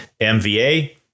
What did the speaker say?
MVA